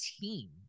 team